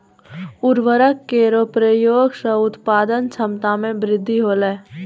उर्वरक केरो प्रयोग सें उत्पादन क्षमता मे वृद्धि होलय